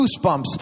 goosebumps